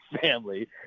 family